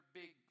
big